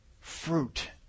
fruit